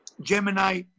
Gemini